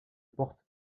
porte